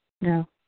No